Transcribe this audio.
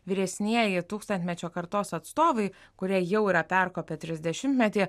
vyresnieji tūkstantmečio kartos atstovai kurie jau yra perkopę trisdešimtmetį